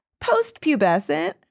post-pubescent